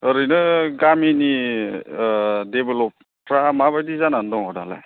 ओरैनो गामिनि देभेलपफ्रा माबायदि जानानै दङ दालाय